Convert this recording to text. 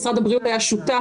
משרד הבריאות היה שותף,